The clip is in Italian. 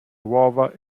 uova